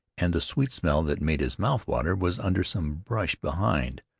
and the sweet smell that made his mouth water was under some brush behind.